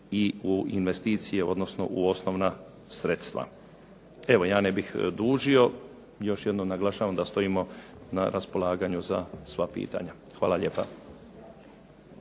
i u investicije odnosno u osnovna sredstva. Evo ja ne bih dužio, još jednom naglašavam da stojimo na raspolaganju za sva pitanja. Hvala lijepa.